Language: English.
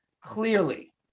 clearly